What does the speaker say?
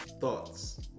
Thoughts